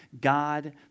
God